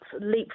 leap